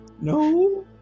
No